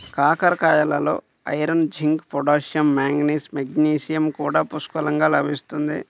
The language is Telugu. కాకరకాయలలో iron, zinc, potassium, manganese, magnesium కూడా పుష్కలంగా లభిస్తుంది